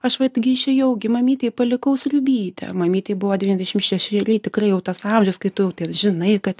aš vat gi šėjau gi mamytei palikau sriubytę mamytei buvo devyniasdešim šešeri tikrai jau tas amžius kai tu žinai kad